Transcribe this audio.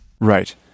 Right